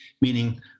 meaning